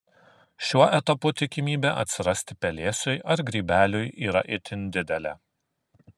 šiuo etapu tikimybė atsirasti pelėsiui ar grybeliui yra itin didelė